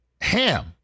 ham